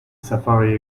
safari